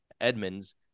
Edmonds